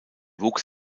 wuchs